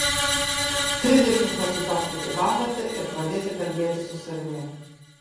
trisdešimt kartų perskaityk hamletą ir pradėsi kalbėtis su savimi